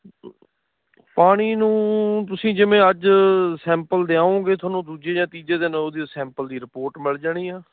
ਪਾਣੀ ਨੂੰ ਤੁਸੀਂ ਜਿਵੇਂ ਅੱਜ ਸੈਂਪਲ ਦੇ ਆਓਗੇ ਤੁਹਾਨੂੰ ਦੂਜੀ ਜਾਂ ਤੀਜੇ ਦਿਨ ਉਹਦੀ ਸੈਂਪਲ ਦੀ ਰਿਪੋਰਟ ਮਿਲ ਜਾਣੀ ਆ